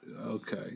Okay